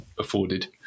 Afforded